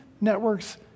networks